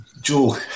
Joe